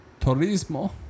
Turismo